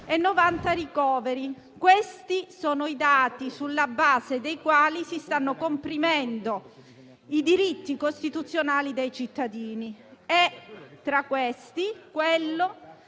e 90 ricoveri. Questi sono i dati sulla base dei quali si stanno comprimendo i diritti costituzionali dei cittadini, tra cui quello